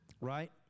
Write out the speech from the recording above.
right